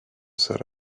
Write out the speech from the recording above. set